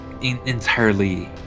entirely